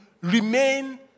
remain